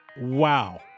wow